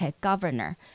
governor